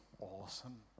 awesome